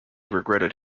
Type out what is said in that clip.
regretted